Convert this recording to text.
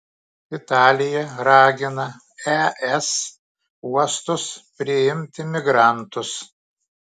italija ragina es uostus priimti migrantus